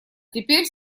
теперь